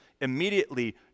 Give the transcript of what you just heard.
immediately